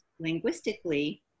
linguistically